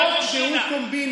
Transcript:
חוק שהוא קומבינה.